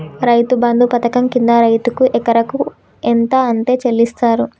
రైతు బంధు పథకం కింద రైతుకు ఎకరాకు ఎంత అత్తే చెల్లిస్తరు?